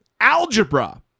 Algebra